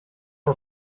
her